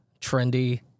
trendy